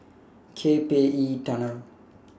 K P E Tunnel